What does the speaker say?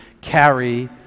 carry